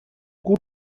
gut